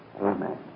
Amen